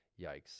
Yikes